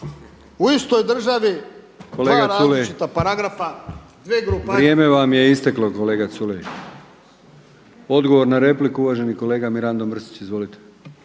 u istoj državi dva različita paragrafa, dve grupacije. **Brkić, Milijan (HDZ)** Vrijeme vam je isteklo kolega Culej. Odgovor na repliku uvaženi kolega Mirando Mrsić. Izvolite.